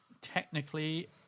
technically